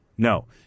No